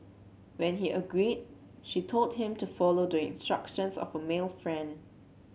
when he agreed she told him to follow doing instructions of a male friend